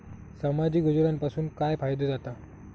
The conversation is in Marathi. सामाजिक योजनांपासून काय फायदो जाता?